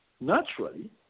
Naturally